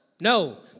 No